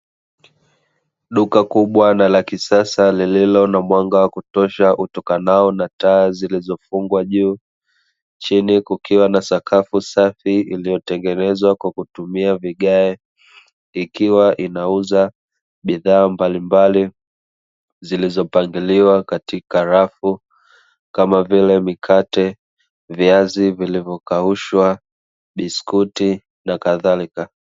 Duka kubwa na la kisasa lililo na mwanga wa kutosha utokanao na taa zilizofungwa juu, chini kukiwa na sakafu safi iliyotengenezwa kwa kutumia vigae ikiwa inauza bidhaa mbalimbali zilizopangiliwa katika rafu kama vile: mikate, viazi vilivyokaushwa, biskuti na kadhalika.